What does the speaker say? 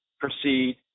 proceed